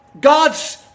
God's